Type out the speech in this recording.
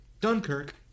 dunkirk